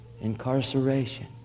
Incarceration